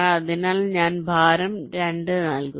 അതിനാൽ ഞാൻ 2 ഭാരം നൽകുന്നു